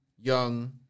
young